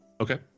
okay